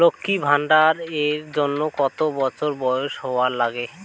লক্ষী ভান্ডার এর জন্যে কতো বছর বয়স হওয়া লাগে?